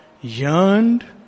yearned